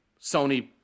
Sony